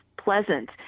pleasant